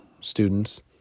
students